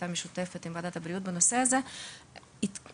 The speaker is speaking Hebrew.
בדיון משותף בנושא הזה שהיה עם ועדת הבריאות.